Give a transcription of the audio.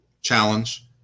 challenge